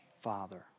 Father